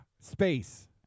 space